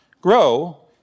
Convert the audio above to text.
grow